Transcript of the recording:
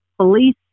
police